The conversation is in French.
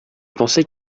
pensais